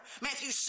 Matthew